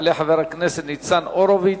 יעלה חבר הכנסת ניצן הורוביץ,